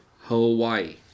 Hawaii. (